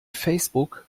facebook